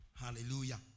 Hallelujah